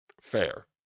Fair